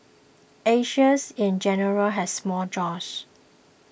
Asians in general has small jaws